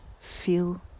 feel